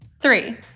Three